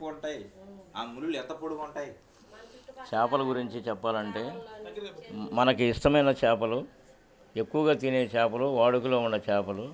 ఉంటాయి ముళ్ళు ఎంత పొడుగుంటాయి చేపల గురించి చెప్పాలంటే మనకి ఇష్టమైన చేపలు ఎక్కువగా తినినే చేపలు వాడుకలో ఉన్న చేపలు